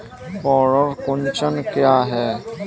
पर्ण कुंचन क्या है?